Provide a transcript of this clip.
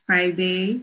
Friday